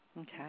Okay